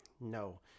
No